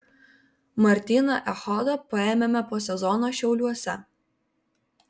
martyną echodą paėmėme po sezono šiauliuose